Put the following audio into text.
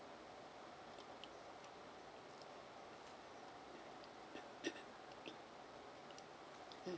mm